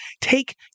take